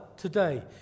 today